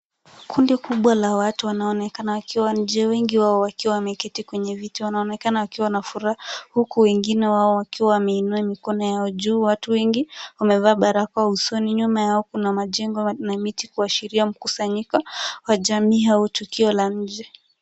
Kundi kubwa la watu wanaonekana wakiwa nje, wengi wao wakiwa wameketi kwenye viti. Wanaonekana wakiwa na furaha huku wengine wao wakiwa wameinua mikono juu. Watu wengi wamevaa barakoa usoni. Nyuma yao kuna majengo na miti kuashiria wa jamii au tukio la nje.